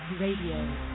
Radio